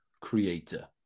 creator